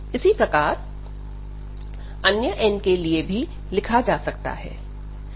इसी प्रकार अन्य n के लिए भी लिखा जा सकता है